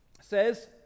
says